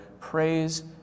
Praise